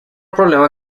problema